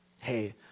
Hey